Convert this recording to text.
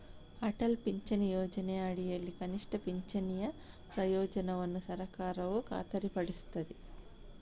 ಅಟಲ್ ಪಿಂಚಣಿ ಯೋಜನೆಯ ಅಡಿಯಲ್ಲಿ ಕನಿಷ್ಠ ಪಿಂಚಣಿಯ ಪ್ರಯೋಜನವನ್ನು ಸರ್ಕಾರವು ಖಾತರಿಪಡಿಸುತ್ತದೆ